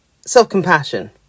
Self-compassion